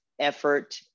effort